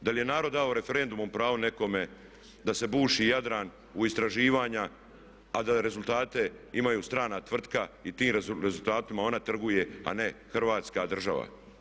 Da li je narod dao referendumom pravo nekome da se buši Jadran u istraživanja, a da rezultate imaju strana tvrtka i tim rezultatima ona trguje a ne Hrvatska država?